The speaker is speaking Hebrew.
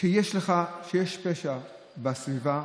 כשיש פשע בסביבה,